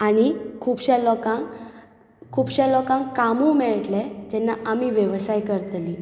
आनी खुबशा लोकांक खुबशा लोकांक कामूय मेळट्लें जेन्ना आमी वेवसाय करतलीं